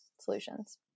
Solutions